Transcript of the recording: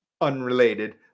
unrelated